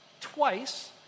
Twice